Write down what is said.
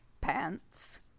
pants